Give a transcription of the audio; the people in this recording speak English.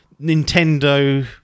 Nintendo